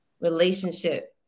Relationship